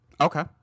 Okay